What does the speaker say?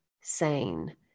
sane